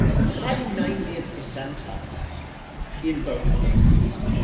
high ninetieth percentiles in both cases.